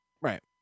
Right